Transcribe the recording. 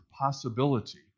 possibility